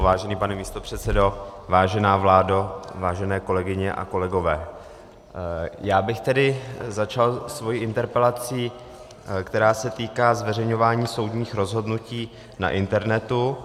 Vážený pane místopředsedo, vážená vládo, vážené kolegyně a kolegové, začal bych svou interpelací, která se týká zveřejňování soudních rozhodnutí na internetu.